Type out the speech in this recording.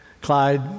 Clyde